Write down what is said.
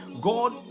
God